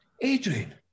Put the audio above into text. Adrian